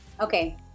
Okay